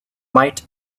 might